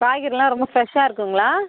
காய்கறிலாம் ரொம்ப ஃப்ரெஷ்ஷாக இருக்குதுங்களா